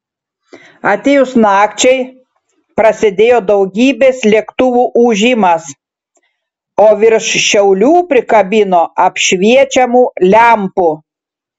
atėjus nakčiai prasidėjo daugybės lėktuvų ūžimas o virš šiaulių prikabino apšviečiamų lempų